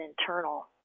internal